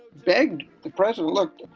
begged the president, look,